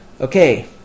okay